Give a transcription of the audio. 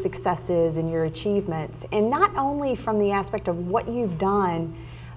successes in your achievements and not only from the aspect of what you've done